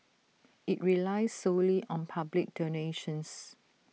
IT relies solely on public donations